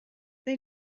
they